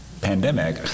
pandemic